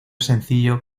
sencillo